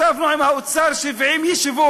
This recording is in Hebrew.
ישבנו עם האוצר 70 ישיבות,